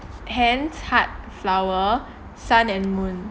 hands heart flower sun and moon